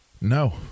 No